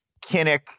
Kinnick